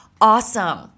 awesome